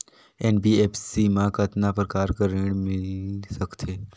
NBFC मा कतना प्रकार कर ऋण मिल सकथे?